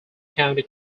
county